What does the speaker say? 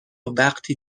وقتی